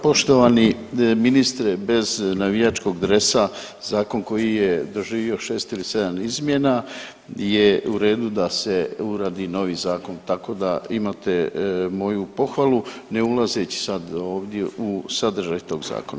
Poštovani ministre bez navijačkog dresa zakon koji je doživio šest ili sedam izmjena je u redu da se uradi novi zakon, tako da imate moju pohvalu ne ulazeći sad ovdje u sadržaj tog zakona.